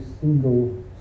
single